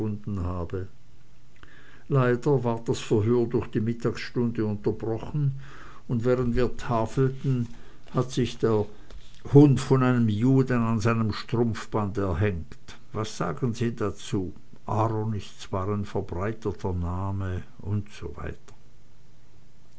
leider ward das verhör durch die mittagsstunde unterbrochen und während wir tafelten hat sich der hund von einem juden an seinem strumpfband erhängt was sagen sie dazu aaron ist zwar ein verbreiteter name usw